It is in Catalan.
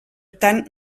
tant